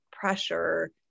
pressure